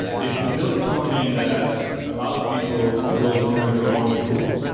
is to build something that allows people to build kind of their own tools.